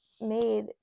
made